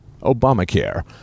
Obamacare